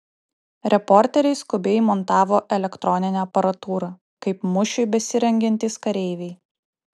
reporteriai skubiai montavo elektroninę aparatūrą kaip mūšiui besirengiantys kareiviai